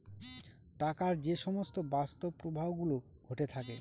টাকার যে সমস্ত বাস্তব প্রবাহ গুলো ঘটে থাকে